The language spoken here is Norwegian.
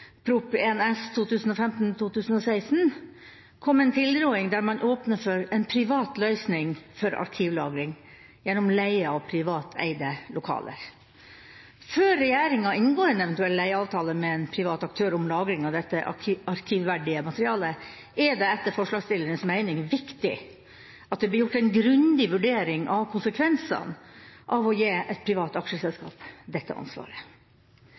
1 S for 2015–2016 kom med en tilråding der man åpner for en privat løsning for arkivlagring gjennom leie av privateide lokaler. Før regjeringa inngår en eventuell leieavtale med en privat aktør om lagring av dette arkivverdige materialet, er det etter forslagsstillernes mening viktig at det blir gjort en grundig vurdering av konsekvensene av å gi et privat aksjeselskap dette ansvaret.